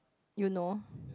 you know